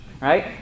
right